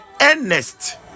earnest